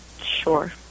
Sure